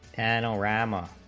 and all rama